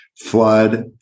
flood